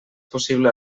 possible